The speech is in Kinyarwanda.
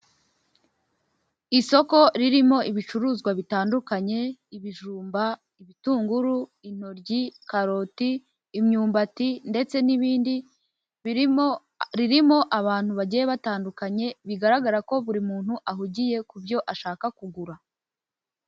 Isoko ririmo ibicuruzwa bitandukanye, ibijumba, ibitunguru, intoryi, karoti, imyumbati ndetse n'ibindi, ririmo abantu bagiye batandukanye, bigaragara ko buri muntu ahugiye ku byo ashaka kugura.